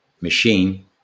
machine